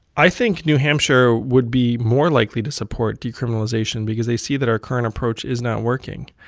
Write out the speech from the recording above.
i think new hampshire would be more likely to support decriminalization because they see that our current approach is not working.